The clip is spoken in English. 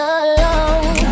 alone